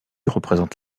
représente